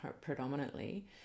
predominantly